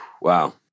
wow